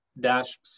dash